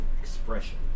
expression